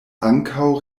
ankaŭ